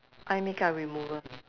eye makeup remover